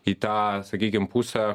į tą sakykim pusę